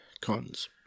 cons